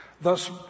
Thus